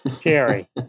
Jerry